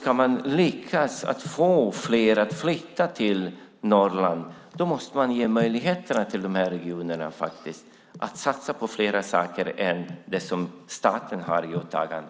Ska man lyckas att få fler att flytta till Norrland måste man ge möjlighet till dessa regioner att satsa på fler saker än dem som är statens åtagande.